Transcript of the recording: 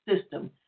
system